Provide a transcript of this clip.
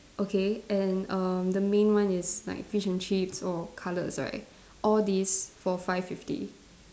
okay and err the main one is like fish and chips or cutlets right all these for five fifty